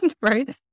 right